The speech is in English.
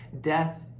Death